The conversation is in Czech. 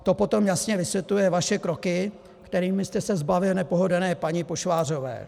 To potom jasně vysvětluje vaše kroky, kterými jste se zbavil nepohodlné paní Pošvářové.